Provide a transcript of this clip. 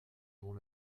mon